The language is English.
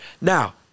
Now